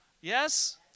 Yes